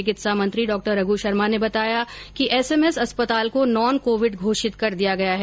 चिकित्सा मंत्री डॉ रघ् शर्मा ने बताया कि एसएमएस अस्पताल को नॉन कोविड घोषित कर दिया गया है